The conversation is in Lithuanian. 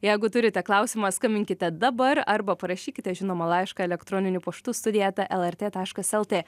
jeigu turite klausimą skambinkite dabar arba parašykite žinoma laišką elektroniniu paštu studija eta lrt taškas lt